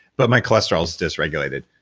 but my cholesterol's dysregulated.